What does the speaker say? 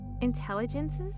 Intelligences